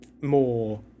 more